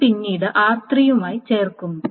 ഇത് പിന്നീട് r3 മായി ചേർക്കുന്നു